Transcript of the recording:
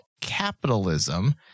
capitalism